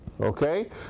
okay